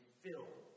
filled